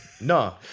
No